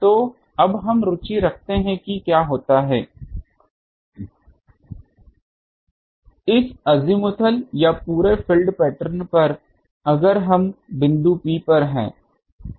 तो अब हम रुचि रखते हैं कि क्या होता है इस अज़ीमुथल या पूरे फील्ड पैटर्न पर अगर हम बिंदु P पर हैं